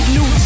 New